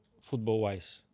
football-wise